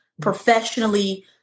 professionally